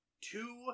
Two